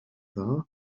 dda